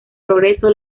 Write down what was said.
progreso